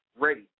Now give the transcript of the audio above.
ready